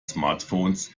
smartphones